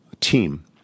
team